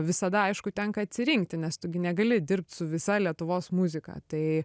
visada aišku tenka atsirinkti nes tu gi negali dirbt su visa lietuvos muzika tai